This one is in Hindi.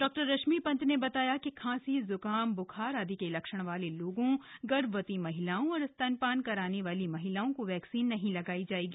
डॉरश्मि पंत ने बताया कि खांसी जुकाम ब्खार आदि के लक्षण वाले लोगों गर्भवती महिलाओं और स्तनपान कराने वाली महिलाओं को वैक्सीन नहीं लगायी जायेगी